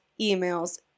emails